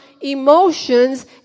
emotions